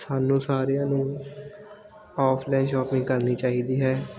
ਸਾਨੂੰ ਸਾਰਿਆਂ ਨੂੰ ਔਫਲਾਈਨ ਸ਼ੋਪਿੰਗ ਕਰਨੀ ਚਾਹੀਦੀ ਹੈ